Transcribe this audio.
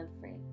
free